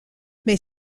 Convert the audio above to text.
mais